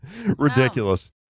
ridiculous